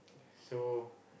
so